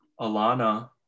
Alana